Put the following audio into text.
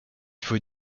faut